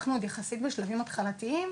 אנחנו עוד יחסית בשלבים התחלתיים.